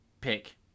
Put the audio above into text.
pick